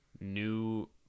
new